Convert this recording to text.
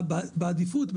בעדיפות,